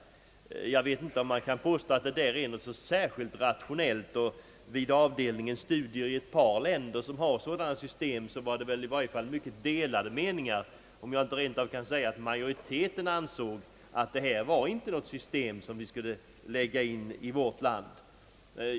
Jag vet inte om man kan påstå att detta är särskilt rationellt. Vid avdelningens studier i ett par länder som har sådana system rådde i varje fall mycket delade meningar, om jag inte rent av kan säga att majoriteten ansåg att detta inte var något system som vi borde införa i vårt land.